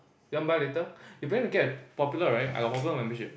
you want buy later you planning to get popular right I got popular membership